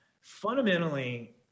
Fundamentally